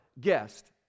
guest